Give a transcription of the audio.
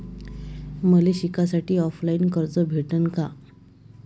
मले शिकासाठी ऑफलाईन कर्ज भेटन का?